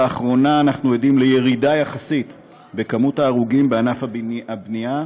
לאחרונה אנחנו עדים לירידה יחסית במספר ההרוגים בענף הבנייה,